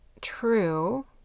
true